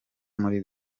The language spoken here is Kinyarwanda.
muri